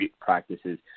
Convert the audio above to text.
practices